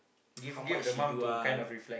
give give the mom to kind of reflect